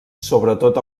sobretot